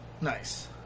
Nice